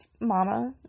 mama